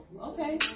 okay